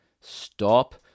stop